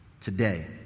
today